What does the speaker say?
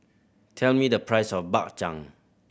tell me the price of Bak Chang